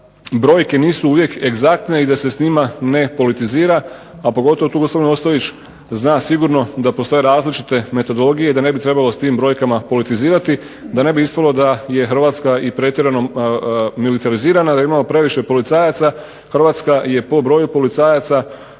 brojke nisu uvijek egzaktne i da se s njima ne politizira, a pogotovo tu gospodin Ostojić zna sigurno da postoje različite metodologije i da ne bi trebalo s tim brojkama politizirati da ne bi ispalo da je Hrvatska i pretjerano militarizirana, da imamo previše policajaca. Hrvatska je po broju policajaca